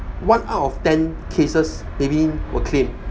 one out of ten cases maybe will claim